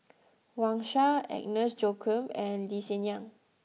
Wang Sha Agnes Joaquim and Lee Hsien Yang